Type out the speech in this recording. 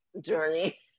journey